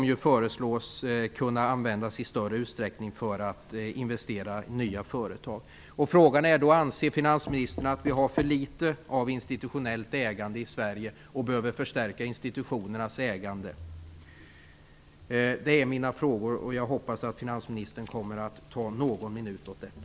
De föreslås i större utsträckning kunna användas för att investera i nya företag. Då är frågan: Anser finansministern att vi har för litet av institutionellt ägande i Sverige och därför behöver förstärka institutionernas ägande? Det är mina frågor. Jag hoppas att finansministern kommer att ägna någon minut åt detta.